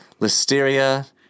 Listeria